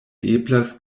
eblas